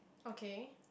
okay